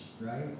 right